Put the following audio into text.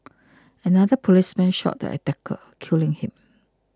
another policeman shot the attacker killing him